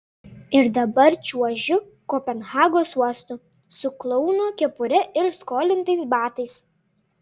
ir dabar čiuožiu kopenhagos uostu su klouno kepure ir skolintais batais